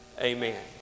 Amen